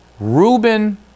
Ruben